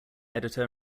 editor